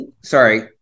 Sorry